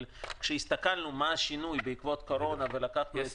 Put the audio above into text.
אבל כשהסתכלנו מה השינוי בעקבות הקורונה וחישבנו את